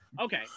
Okay